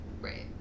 Right